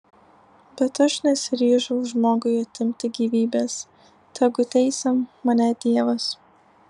bet aš nesiryžau žmogui atimti gyvybės tegu teisia mane dievas